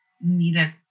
needed